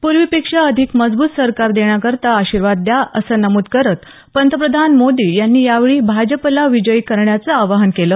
प्र्वीपेक्षा अधिक मजब्रत सरकार देण्याकरता आशिर्वाद द्या असं नमूद करत पंतप्रधान मोदी यांनी यावेळी भाजपला विजयी करण्याचं आवाहन केलं